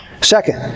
Second